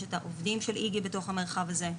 יש עובדים של איג"י במרחב הזה,